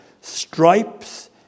Stripes